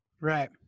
right